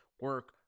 Work